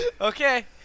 Okay